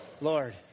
Lord